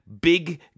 big